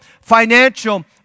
financial